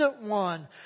one